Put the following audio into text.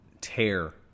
tear